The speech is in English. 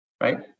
right